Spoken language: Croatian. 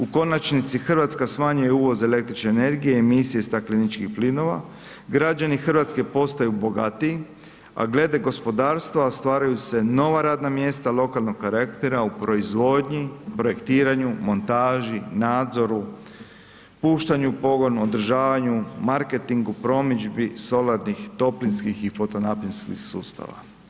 U konačnici, RH smanjuje uvoz električne energije emisije stakleničkih plinova, građani RH postaju bogatiji, a glede gospodarstva ostvaruju se nova radna mjesta lokalnog karaktera u proizvodnji, projektiranju, montaži, nadzoru, puštanju u pogon, održavanju, marketingu, promidžbi solarnih, toplinskih i fotonaponskih sustava.